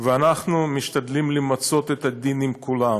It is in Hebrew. אנחנו משתדלים למצות את הדין עם כולם.